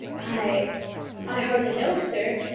i i hardly know, sir,